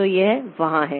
तो यह वहाँ है